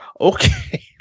Okay